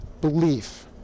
belief